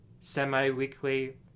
semi-weekly